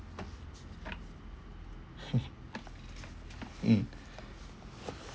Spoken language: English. mm